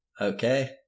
Okay